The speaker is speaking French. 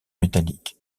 métallique